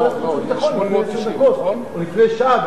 לוועדת החוץ והביטחון לפני עשר דקות או לפני שעה,